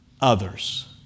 others